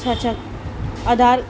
अछा अछा आधार